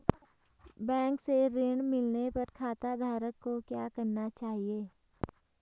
Bank से ऋण मिलने पर खाताधारक को क्या करना चाहिए?